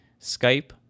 Skype